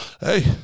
Hey